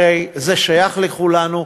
הרי זה שייך לכולנו.